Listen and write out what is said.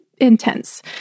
intense